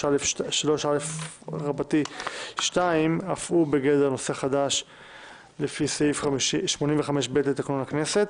סעיף 3א(2) אף הוא בגדר נושא חדש לפי סעיף 85(ב) לתקנון הכנסת.